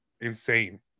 insane